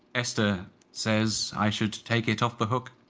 esther says i should take it off the hook.